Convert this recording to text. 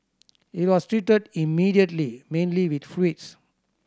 it was treated immediately mainly with fluids